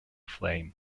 flame